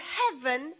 heaven